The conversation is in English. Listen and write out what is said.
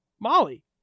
molly